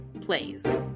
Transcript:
plays